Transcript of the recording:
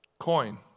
coin